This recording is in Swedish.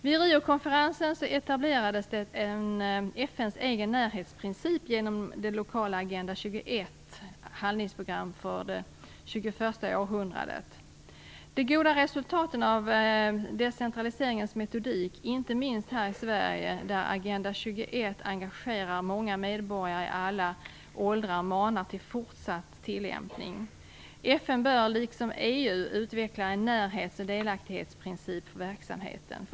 Vid Riokonferensen etablerades en FN:s egen närhetsprincip genom de lokala Agenda 21, handlingsprogram för 21:a århundradet. De goda resultaten av denna decentraliseringens metodik - inte minst här i Sverige, där Agenda 21 engagerar många medborgare i alla åldrar - manar till fortsatt tillämpning. FN bör liksom EU utveckla en närhets och delaktighetsprincip för verksamheten.